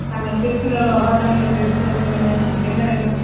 ஆமாம் திருச்சியில் உள்ள ஹோட்டலில் பேசுகிறோம் சொல்லுங்கள் உங்களுக்கு என்ன வேணும்